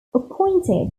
appointed